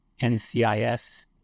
NCIS